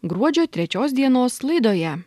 gruodžio trečios dienos laidoje